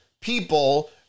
people